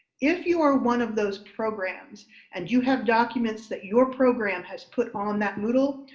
if you are one of those programs and you have documented that your program has put on that mood ah